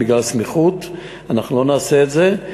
בגלל הסמיכות אנחנו לא נעשה את זה,